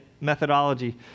methodology